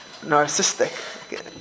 narcissistic